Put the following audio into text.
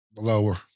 Lower